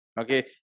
okay